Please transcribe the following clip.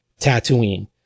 Tatooine